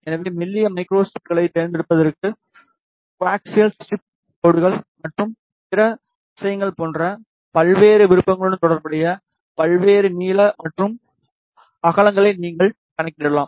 எனவே மெல்லிய மைக்ரோ ஸ்ட்ரிப்லைனைத் தேர்ந்தெடுப்பதற்கு கோஆக்சியல் ஸ்ட்ரிப் கோடுகள் மற்றும் பிற விஷயங்கள் போன்ற பல்வேறு விருப்பங்களுடன் தொடர்புடைய பல்வேறு நீளம் மற்றும் அகலங்களை நீங்கள் கணக்கிடலாம்